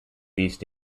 east